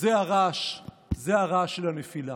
זה הרעש של הנפילה.